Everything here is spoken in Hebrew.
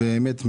באמת,